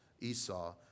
Esau